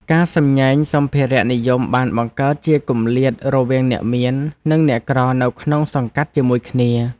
ការសម្ញែងសម្ភារៈនិយមបានបង្កើតជាគម្លាតរវាងអ្នកមាន និងអ្នកក្រនៅក្នុងសង្កាត់ជាមួយគ្នា។